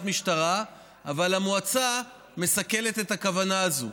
משטרה אבל המועצה מסכלת את הכוונה הזאת,